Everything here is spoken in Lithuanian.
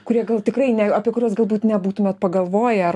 kurie gal tikrai ne kuriuos galbūt nebūtumėt pagalvoję ar